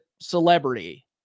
celebrity